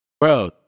Bro